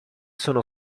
sono